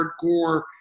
hardcore